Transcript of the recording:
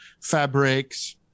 fabrics